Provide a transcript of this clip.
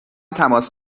تماس